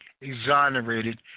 exonerated